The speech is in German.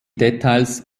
details